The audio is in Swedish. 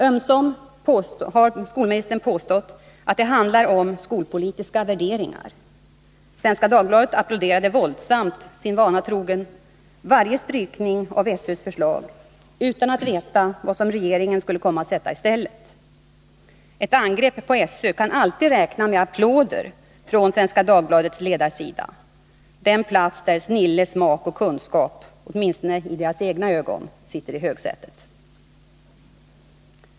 Ömsom påstår skolministern att det handlar om skolpolitiska värderingar. Svenska Dagbladet applåderade våldsamt, sin vana trogen, varje strykning i SÖ:s förslag utan att veta vad regeringen skulle komma att sätta i stället. Ett angrepp på SÖ kan alltid räkna med applåder på Svenska Dagbladets ledarsida, den plats där snille, smak och kunskap åtminstone i egna ögon sitter i högsätet.